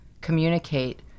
communicate